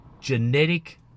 genetic